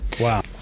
Wow